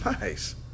nice